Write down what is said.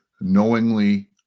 Knowingly